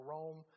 Rome